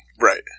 Right